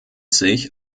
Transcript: sich